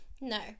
No